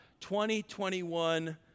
2021